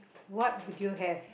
what would you have